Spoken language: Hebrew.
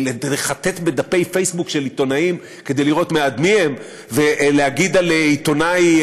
לחטט בדפי פייסבוק של עיתונאים כדי לראות בעד מי הם ולהגיד על עיתונאי,